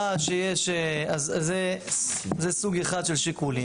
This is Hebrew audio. זה סוג אחד של שיקולים.